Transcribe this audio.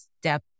step